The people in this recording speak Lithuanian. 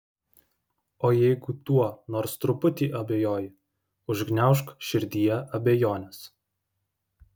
o jeigu tuo nors truputį abejoji užgniaužk širdyje abejones